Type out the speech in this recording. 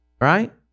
Right